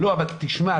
אבל תשמע,